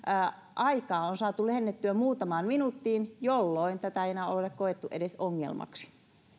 aikaa on saatu lyhennettyä muutamaan minuuttiin jolloin tätä ei enää ole koettu edes ongelmaksi